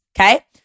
Okay